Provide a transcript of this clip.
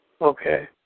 Okay